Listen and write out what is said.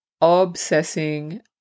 obsessing